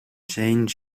jane